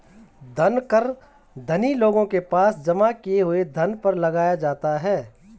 धन कर धनी लोगों के पास जमा किए हुए धन पर लगाया जाता है